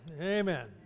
Amen